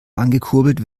angekurbelt